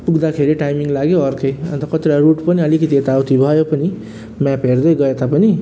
पुग्दाखेरि टाइमिङ लाग्यो अर्कै अन्त कतिवटा रुट पनि अलिकति यताउति भयो पनि म्याप हेर्दै गए तापनि